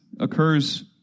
occurs